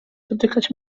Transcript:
dotykać